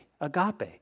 agape